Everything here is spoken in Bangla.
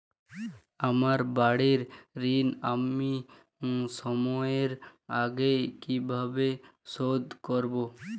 আমার বাড়ীর ঋণ আমি সময়ের আগেই কিভাবে শোধ করবো?